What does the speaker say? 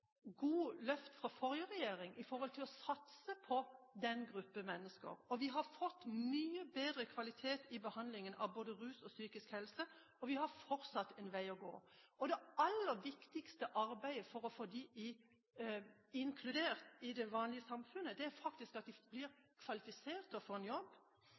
på disse gruppene av mennesker. Vi har fått mye bedre kvalitet i behandlingen innen både rus og psykisk helse, men vi har fortsatt en vei å gå. Det aller viktigste arbeidet for å få disse inkludert i samfunnet er at de blir kvalifisert til å få en jobb,